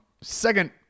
second